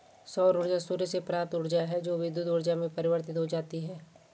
सौर ऊर्जा सूर्य से प्राप्त ऊर्जा है जो विद्युत ऊर्जा में परिवर्तित हो जाती है